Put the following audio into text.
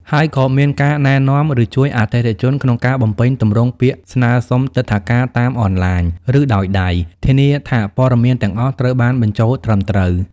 ហើយក៏មានការណែនាំ ឬជួយអតិថិជនក្នុងការបំពេញទម្រង់ពាក្យស្នើសុំទិដ្ឋាការតាមអនឡាញ ឬដោយដៃ ធានាថាព័ត៌មានទាំងអស់ត្រូវបានបញ្ចូលត្រឹមត្រូវ។